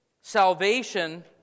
salvation